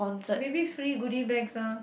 maybe free goodie bags ah